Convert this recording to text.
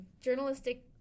Journalistic-